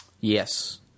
Yes